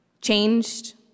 Changed